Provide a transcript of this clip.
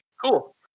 Cool